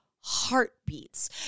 heartbeats